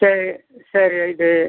சரி சரி ரைட்டு